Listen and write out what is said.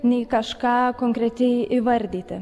nei kažką konkrečiai įvardyti